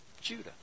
Judah